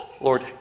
Lord